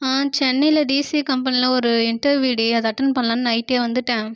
சென்னையில் டிசிஏ கம்பெனியில் ஒரு இன்டெர்வியூடி அதை அட்டன் பண்ணலாம்னு நைட்டே வந்துவிட்டேன்